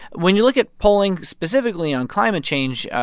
when you look at polling specifically on climate change,